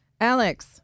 Alex